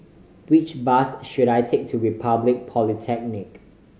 which bus should I take to Republic Polytechnic